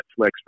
Netflix